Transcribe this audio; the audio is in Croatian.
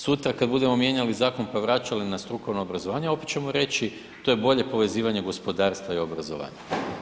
Sutra kad budemo mijenjali zakon pa vraćali na strukovno obrazovanje, opet ćemo reći to je bolje povezivanje gospodarstva i obrazovanja.